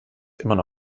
immer